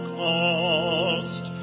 cost